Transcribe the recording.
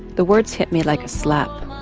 the words hit me like a slap.